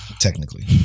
Technically